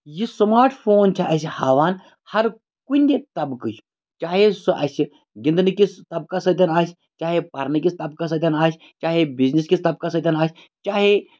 یہِ smart phone چھِ اَسہِ ہاوان ہَر کُنہِ طبقٕچ چاہے سُہ اَسہِ گِنٛدنہٕ کِس طَبقہ سۭتۍ آسہِ چاہے پَرنہٕ کِس طبقہ سۭتۍ آسہِ چاہے بِزنِس کِس طبقہ سۭتۍ آسہِ چاہے